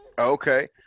Okay